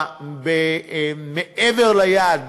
מעבר ליעד.